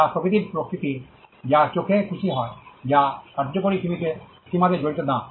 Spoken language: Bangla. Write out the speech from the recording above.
যা প্রকৃতির প্রকৃতির যা চোখে খুশী হয় যা কার্যকরী সীমাতে জড়িত না